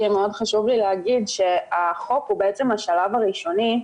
מאוד חשוב לי להגיד שהחוק הוא השלב הראשוני,